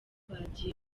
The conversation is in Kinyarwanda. bagiye